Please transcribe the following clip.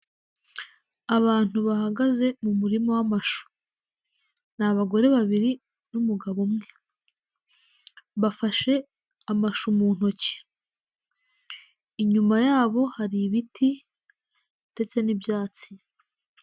Abantu bahagaze mu murima w'amashu, ni abagore babiri n'umugabo umwe bafashe amashu mu ntoki, inyuma yabo hari ibiti ndetse n'ibyatsi.